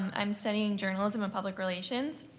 and i'm studying journalism and public relations.